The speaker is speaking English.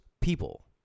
people